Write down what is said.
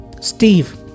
Steve